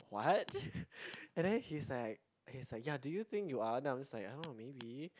what and then he's like he's like ya do you think you are then I'm just like I don't know maybe